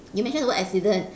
you mention the word accident